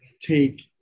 take